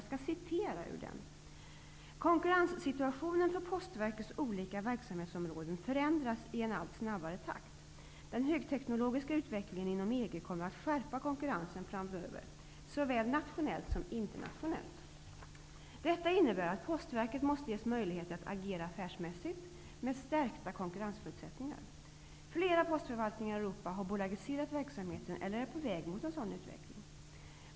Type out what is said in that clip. Av propositionen framgår det att konkurrenssituationen för Postverkets olika verksamhetsområden förändras i en allt snabbare takt. Den högteknologiska utvecklingen inom EG kommer att skärpa konkurrensen framöver såväl nationellt som internationellt. Detta innebär att Postverket måste ges möjligheter att agera affärsmässigt med stärkta konkurrensförutsättningar. Flera postförvaltningar i Europa har bolagiserat verksamheten eller är på väg mot en sådan utveckling.